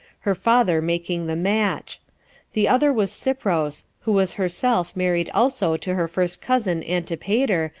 her father making the match the other was cypros, who was herself married also to her first cousin antipater,